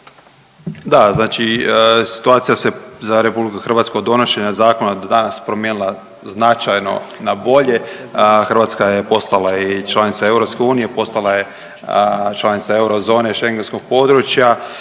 Da, znači situacija se za RH od donošenja zakona do danas promijenila značajno na bolje. Hrvatska je postala i članica EU, postala je članica Eurozone i schengentskog područja,